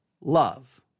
love